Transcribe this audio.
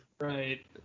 Right